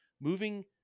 Moving